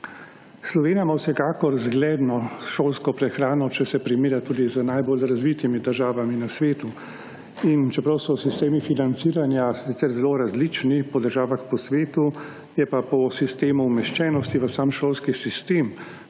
Slovenija ima vsekakor zgledno šolsko prehrano, če se primerja tudi z najbolj razvitimi državami na svetu. In čeprav so sistemi financiranja sicer zelo različni po državah po svetu, je pa po sistemu umeščenosti v sam šolski sistem,